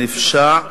הנפשע,